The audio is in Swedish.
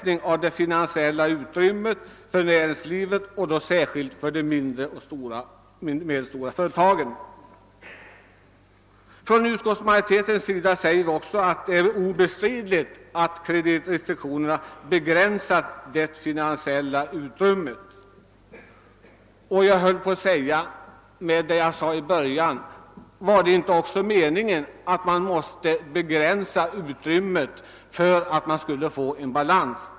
nerna och det finansiella utrymmet för näringslivet, särskilt för mindre och medelstora företag. Utskottsmajoriteten säger att det är obestridligt att kreditrestriktionerna begränsat det finansiella utrymmet. Det var väl också avsikten att begränsa utrymmet för att få balans.